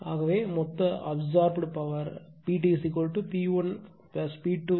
ஆகையால் மொத்த absorbed PT P1 P2 P3